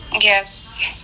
Yes